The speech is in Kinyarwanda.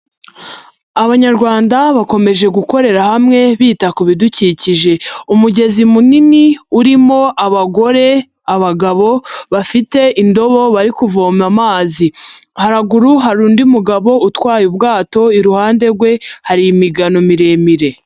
Abanyarwanda bakomeje gukorera hamwe, bita kubi bidukikije. Umugezi munini urimo abagore, abagabo, bafite indobo, bari kuvoma amazi. Haraguru hari undi mugabo utwaye ubwato, iruhande rwe hari imigano miremire.